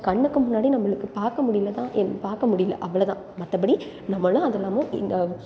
கண்ணுக்கு முன்னாடி நம்மளுக்கு பார்க்க முடியல தான் என் பார்க்க முடியல அவ்ளவு தான் மற்றபடி நம்மளும் அதெல்லாமும் இந்த